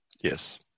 yes